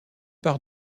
par